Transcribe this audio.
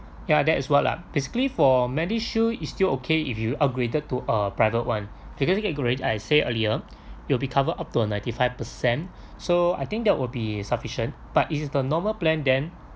ya that is what lah basically for medishield is still okay if you upgraded to a private one because you get grea~ I say earlier it'll be cover up to ninety five percent so I think that will be sufficient but if it's the normal plan them